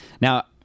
Now